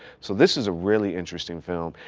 so this is a really interesting film.